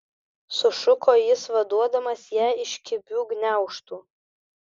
sušuko jis vaduodamas ją iš kibių gniaužtų